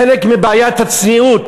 חלק מבעיית הצניעות,